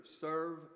serve